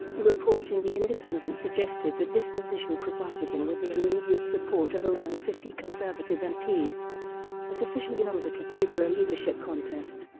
a report in the independent suggested that this position provided him with the immediate support of around fifty conservative and mps, a sufficient number to trigger a leadership contest.